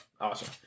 Awesome